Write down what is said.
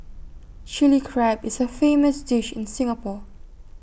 Chilli Crab is A famous dish in Singapore